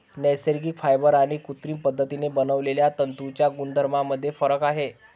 नैसर्गिक फायबर आणि कृत्रिम पद्धतीने बनवलेल्या तंतूंच्या गुणधर्मांमध्ये फरक आहे